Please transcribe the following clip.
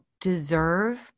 deserve